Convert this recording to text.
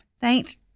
thanks